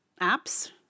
apps